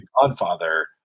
Godfather